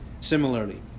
similarly